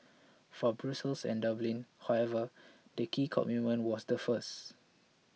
for Brussels and Dublin however the key commitment was the first